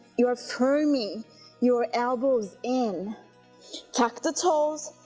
you're firming your elbows in tuck the toes,